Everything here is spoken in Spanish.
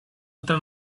otra